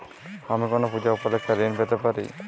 আমি কোনো পূজা উপলক্ষ্যে ঋন পেতে পারি কি?